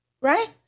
Right